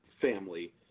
family